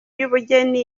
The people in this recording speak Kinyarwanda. y’ubugeni